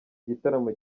igitaramo